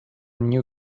new